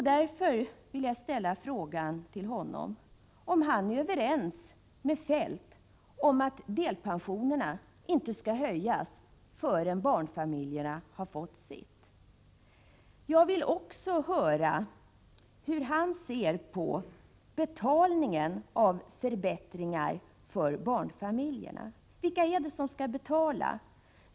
Därför vill jag ställa frågan: Är Bengt Lindqvist överens med Kjell-Olof Feldt om att delpensionerna inte skall höjas förrän barnfamiljerna har fått sitt? Jag vill också veta hur Bengt Lindqvist ser på betalningen av förbättringarna för barnfamiljerna. Vilka skall betala?